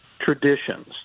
traditions